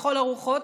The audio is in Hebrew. לכל הרוחות,